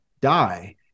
die